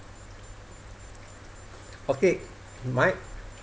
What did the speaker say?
okay my